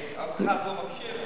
ואף אחד לא מקשיב.